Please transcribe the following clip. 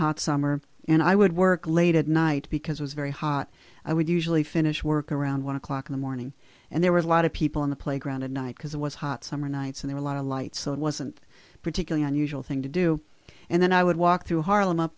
hot summer and i would work late at night because was very hot i would usually finish work around one o'clock in the morning and there was a lot of people in the playground at night because it was hot summer nights and there a lot of lights so it wasn't particularly unusual thing to do and then i would walk through harlem up